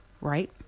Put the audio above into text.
right